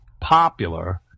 popular